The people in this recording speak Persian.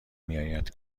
میآید